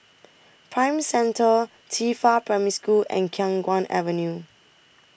Prime Centre Qifa Primary School and Khiang Guan Avenue